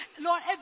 Lord